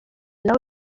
naho